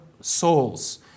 souls